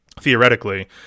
Theoretically